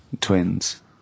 twins